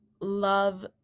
love